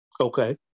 Okay